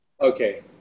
Okay